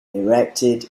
erected